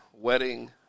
Wedding